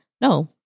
no